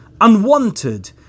unwanted